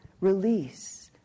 release